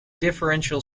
differential